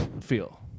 feel